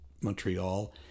Montreal